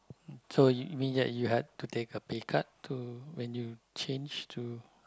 so you mean that you had to take a pay cut to when you change to